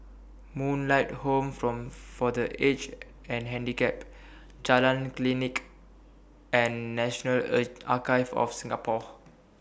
Moonlight Home from For The Aged and Handicapped Jalan Klinik and National A Archives of Singapore